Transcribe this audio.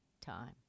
time